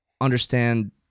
understand